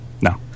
No